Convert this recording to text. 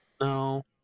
no